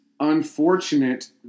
unfortunate